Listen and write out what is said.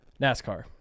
NASCAR